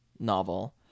novel